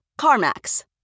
CarMax